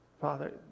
Father